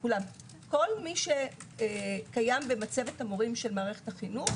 כל מי שקיים במצבת המורים של משרד החינוך